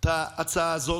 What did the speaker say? את ההצעה הזאת,